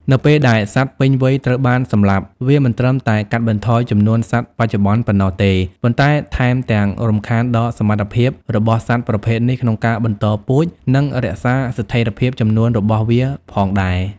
នៅពេលដែលសត្វពេញវ័យត្រូវបានសម្លាប់ វាមិនត្រឹមតែកាត់បន្ថយចំនួនសត្វបច្ចុប្បន្នប៉ុណ្ណោះទេ ប៉ុន្តែថែមទាំងរំខានដល់សមត្ថភាពរបស់សត្វប្រភេទនេះក្នុងការបន្តពូជ និងរក្សាស្ថិរភាពចំនួនរបស់វាផងដែរ។